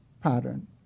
pattern